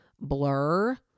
blur